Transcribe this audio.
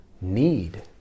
need